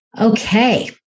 Okay